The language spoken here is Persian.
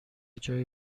جای